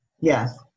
Yes